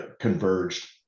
converged